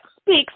speaks